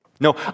No